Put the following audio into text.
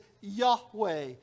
Yahweh